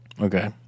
Okay